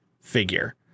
figure